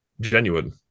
genuine